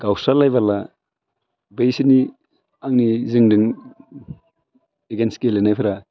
गावस्रालायबाला बैसोरनि आंनि जोंजों एगेन्स्त गेलेनायफ्रा